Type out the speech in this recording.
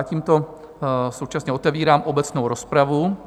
Tímto současně otevírám obecnou rozpravu.